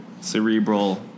cerebral